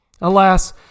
Alas